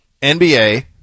NBA